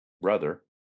brother